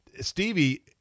Stevie